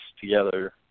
together